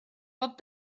bob